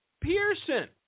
Pearson